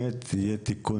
מהנדס מערכת ביקורת גבולות.